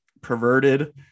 perverted